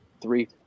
three